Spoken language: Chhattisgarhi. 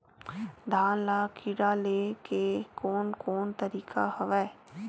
धान ल कीड़ा ले के कोन कोन तरीका हवय?